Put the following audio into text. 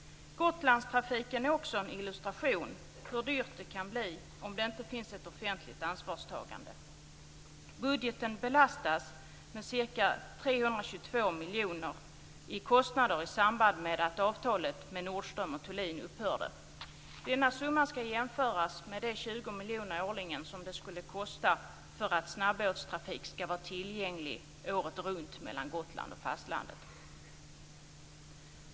Gotlandstrafiken är också en illustration av hur dyrt det kan bli om det inte finns ett offentligt ansvarstagande. Budgeten belastades med ca 322 miljoner i kostnader i samband med att avtalet med Nordström & Thulin upphörde. Denna summa skall jämföras med de 20 miljoner årligen som det skulle kosta med en snabbåtstrafik som är tillgänglig året runt mellan Gotland och fastlandet.